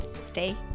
stay